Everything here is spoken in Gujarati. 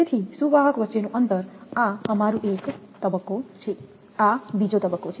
તેથી સુવાહક વચ્ચેનું અંતર આ અમારું એક તબક્કો છે આ બીજો તબક્કો છે